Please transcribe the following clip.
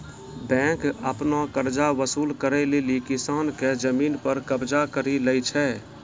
bank आपनो कर्जा वसुल करै लेली किसान के जमिन पर कबजा करि लै छै